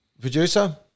producer